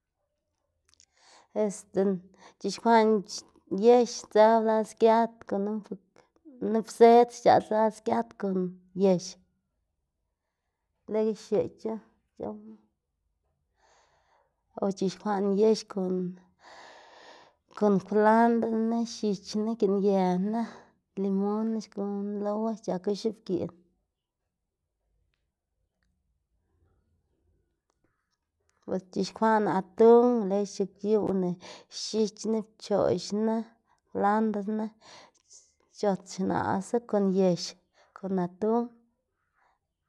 Este c̲h̲ixkwaꞌná yex sdzëwu las giat gunu nup zed xc̲h̲aꞌts las giat kon yex leꞌy xiuc̲h̲u c̲h̲owmu o c̲h̲ixkwaꞌná yex kon kwlandrna, x̱iꞌchna giꞌn yëna, limunna xguná lowa c̲h̲aku x̱ubgiꞌn o xc̲h̲uxkwaꞌná atun lox xchugyuwná x̱iꞌchna, pchoꞌxna, kwlandrna c̲h̲ots xnaꞌsu kon yex con atun.